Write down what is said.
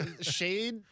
Shade